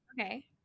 Okay